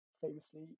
famously